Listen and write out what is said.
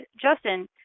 Justin